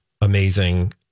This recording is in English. amazing